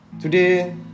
Today